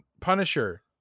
Punisher